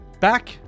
back